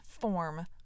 form